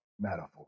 metaphor